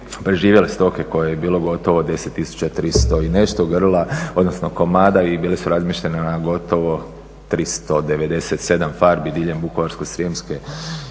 preživjele stoke koje je bilo gotovo 10 tisuća 300 i nešto grla odnosno komada i bile su razmještene na gotovo 397 farmi diljem Vukovarsko-srijemske